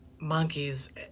monkeys